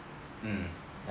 mm